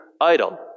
idle